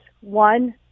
One